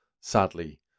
sadly